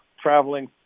traveling